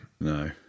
No